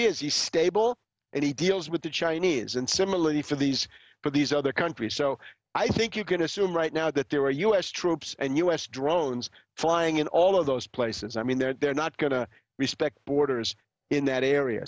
he is he's stable and he deals with the chinese and similarly for these for these other countries so i think you can assume right now that there are u s troops and u s drones flying in all of those places i mean they're not going to respect borders in that area